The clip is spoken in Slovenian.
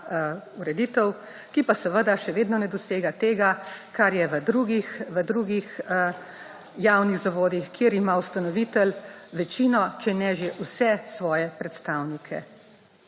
ureditev, ki pa seveda še vedno ne dosega tega, kar je v drugih javnih zavodih, kjer ima ustanovitelj večino, če ne že vse svoje predstavnike